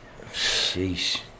Sheesh